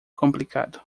complicado